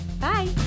Bye